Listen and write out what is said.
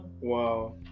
Wow